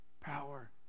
Power